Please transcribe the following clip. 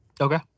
Okay